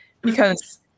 because-